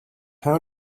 how